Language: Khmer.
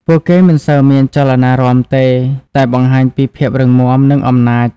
ពួកគេមិនសូវមានចលនារាំទេ តែបង្ហាញពីភាពរឹងមាំ និងអំណាច។